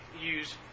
use